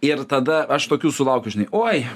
ir tada aš tokių sulaukiu žinai oi